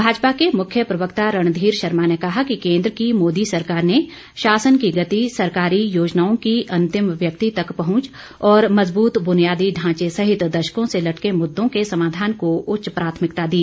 भाजपा के मुख्य प्रवक्ता रणधीर शर्मा ने कहा कि केंद्र की मोदी सरकार ने शासन की गति सरकारी योजनाओं की अतिंम व्यक्ति तक पहुंच और मजबूत बुनियादी ढ़ाचे सहित दशकों से लटके मुददों के समाधान को उच्च प्राथमिकता दी